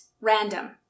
random